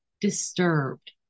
disturbed